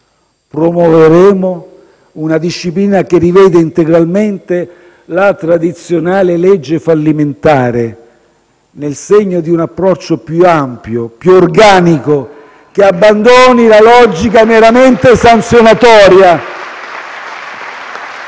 Promuoveremo una disciplina che rivede integralmente la tradizionale legge fallimentare nel segno di un approccio più ampio e più organico, che abbandoni la logica meramente sanzionatoria *(Applausi